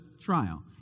trial